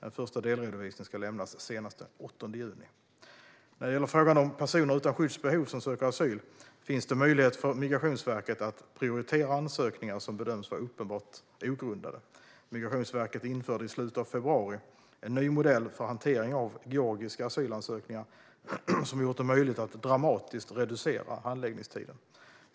En första delredovisning ska lämnas senast den 8 juni. När det gäller frågan om personer utan skyddsbehov som söker asyl finns det möjlighet för Migrationsverket att prioritera ansökningar som bedöms vara uppenbart ogrundade. Migrationsverket införde i slutet av februari en ny modell för hantering av georgiska asylansökningar som har gjort det möjligt att dramatiskt reducera handläggningstiden.